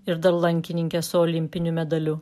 ir dar lankininkę su olimpiniu medaliu